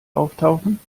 auftauchen